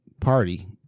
party